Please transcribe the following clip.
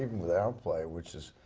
even with our play, which is,